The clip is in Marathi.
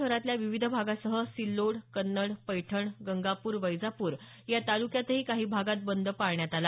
शहरातल्या विविध भागासह सिल्लोड कन्नड पैठण गंगापूर वैजापूर या तालुक्यातही काही भागात बंद पाळण्यात आला